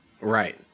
Right